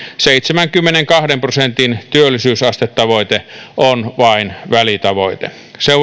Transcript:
seitsemänkymmenenkahden prosentin työllisyysastetavoite on vain välitavoite